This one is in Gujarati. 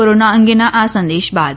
કોરોના અંગેના આ સંદેશ બાદ